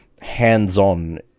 hands-on